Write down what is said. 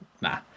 nah